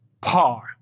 par